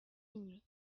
minuit